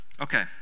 Okay